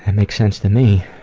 and makes sense to me,